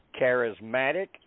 charismatic